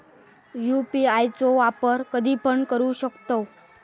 UPI चो वापर कधीपण करू शकतव?